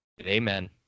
Amen